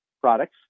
products